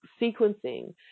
sequencing